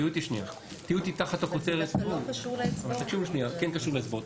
כן קשור לאצבעות.